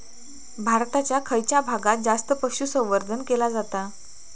भारताच्या खयच्या भागात जास्त पशुसंवर्धन केला जाता?